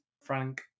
Frank